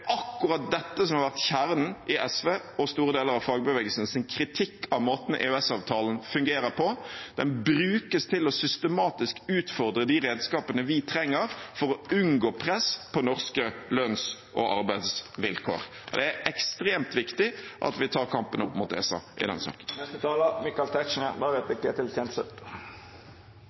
akkurat dette som har vært kjernen i SVs og store deler av fagbevegelsens kritikk av måten EØS-avtalen fungerer på. Den brukes til systematisk å utfordre de redskapene vi trenger for å unngå press på norske lønns- og arbeidsvilkår. Det er ekstremt viktig at vi tar kampen opp mot ESA i